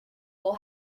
will